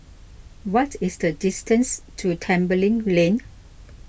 what is the distance to Tembeling Lane